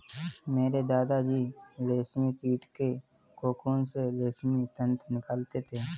मेरे दादा जी रेशमी कीट के कोकून से रेशमी तंतु निकालते थे